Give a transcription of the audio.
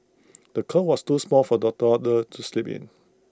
the cot was too small for the toddler to sleep in